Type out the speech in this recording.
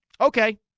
Okay